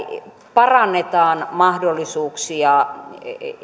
parannetaan mahdollisuuksia